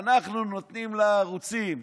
אנחנו נותנים לערוצים,